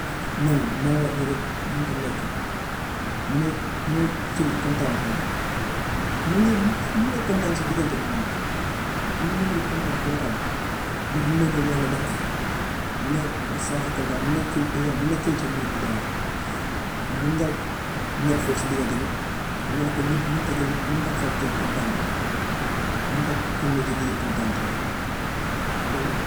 Man naa munut a nekk, munoo, munoo jël kontaante rek. Mun nga, mun nga kontaan si diggante bi nii, mun nga nekk di kontaan kontaan, nit mun na ñëw wax la dara mun na ma changer kontaan mun na change mun na change moob bi daal. mun nga mer foofu si diggante bi, xam nga ni comme nit munut a jël, munut a far jël kontaan, munut a continuer di di kontaante rek, loolu la.